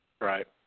Right